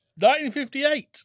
1958